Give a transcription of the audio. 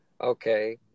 Okay